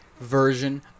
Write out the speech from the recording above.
version